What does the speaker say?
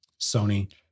Sony